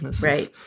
Right